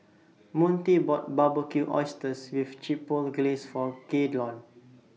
Montie bought Barbecued Oysters with Chipotle Glaze For Gaylon